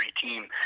team